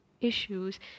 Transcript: issues